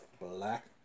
Black